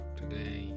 today